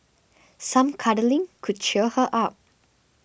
some cuddling could cheer her up